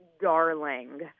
darling